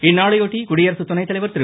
இந்நாளையொட்டி குடியரசுத் துணைத்தலைவர் திரு